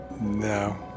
No